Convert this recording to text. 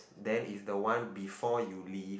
then is the one before you leave